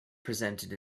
presented